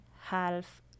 half